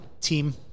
team